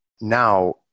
Now